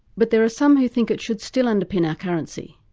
but there are some who think it should still underpin our currency,